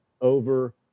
over